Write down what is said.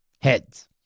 Heads